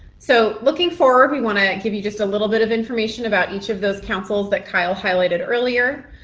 so looking forward we want to give you just a little bit of information about each of those councils that kyle highlighted earlier.